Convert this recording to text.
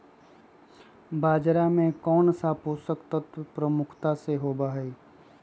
बाजरा में कौन सा पोषक तत्व प्रमुखता से होबा हई?